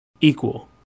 equal